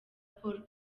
paul